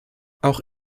auch